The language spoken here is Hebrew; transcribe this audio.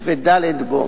ו-(ד) בו.